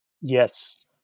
Yes